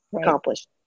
accomplished